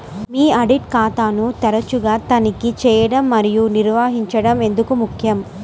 మీ audit ఖాతాను తరచుగా తనిఖీ చేయడం మరియు నిర్వహించడం ఎందుకు ముఖ్యం?